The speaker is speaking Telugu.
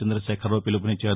చంద్రశేఖరరావు పిలుపునిచ్చారు